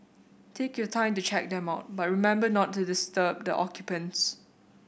take your time to check them out but remember not to disturb the occupants